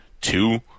two